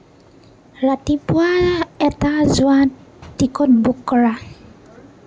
ৰাতিপুৱা এটা যোৱা টিকট বুক কৰা